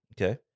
Okay